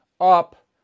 up